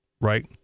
right